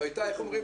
איך אומרים?